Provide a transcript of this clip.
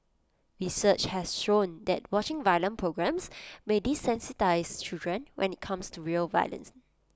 research has shown that watching violent programmes may desensitise children when IT comes to real violence